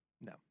No